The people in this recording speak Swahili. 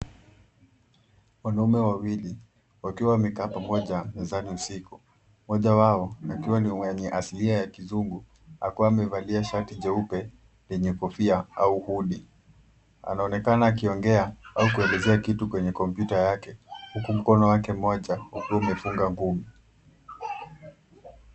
Wanaume wawili wakiwa wamekaa pamoja mezani usiku mmoja wao akiwa ni mwenye asilia ya kizungu na akiwa amevalia shati jeupe lenye kofia au hood . Anaonekana akiongea au kuelezea kitu kwenye kompyuta yake huku mkono wake mmoja ukiwa umefunga ngumi.